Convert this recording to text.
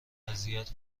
اذیت